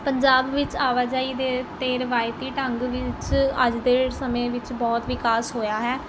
ਪੰਜਾਬ ਵਿੱਚ ਆਵਾਜਾਈ ਦੇ ਅਤੇ ਰਵਾਇਤੀ ਢੰਗ ਵਿੱਚ ਅੱਜ ਦੇ ਸਮੇਂ ਵਿੱਚ ਬਹੁਤ ਵਿਕਾਸ ਹੋਇਆ ਹੈ